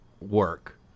work